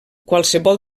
qualsevol